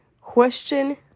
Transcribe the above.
question